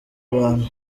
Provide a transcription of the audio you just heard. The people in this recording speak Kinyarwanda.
abantu